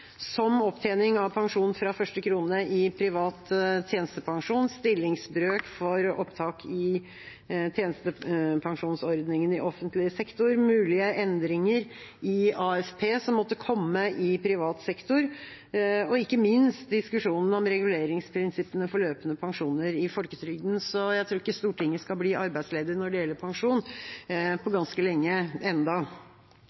som opptjening av pensjon fra første krone i privat tjenestepensjon, stillingsbrøk for opptak i tjenestepensjonsordningen i offentlig sektor, mulige endringer i AFP som måtte komme i privat sektor, og ikke minst diskusjonen om reguleringsprinsippene for løpende pensjoner i folketrygden. Så jeg tror ikke Stortinget skal bli arbeidsledig når det gjelder pensjon, på